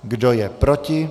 Kdo je proti?